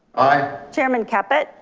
aye. chairman captu. but